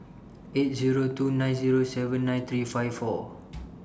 eight Zero two nine Zero seven nine three five four